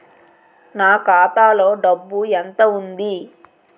నా ఖాతాలో డబ్బు ఎంత ఉంది?